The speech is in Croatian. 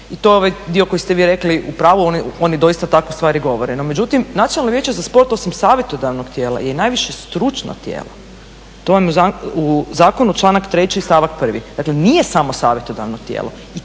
i to je ovaj dio koji ste vi rekli u pravu, oni doista takve stvari govore. No međutim, Nacionalno vijeće za sport osim savjetodavnog tijela je i najviše stručno tijelo. To vam je u zakonu članak 3. stavak 1. Dakle nije samo savjetodavno tijelo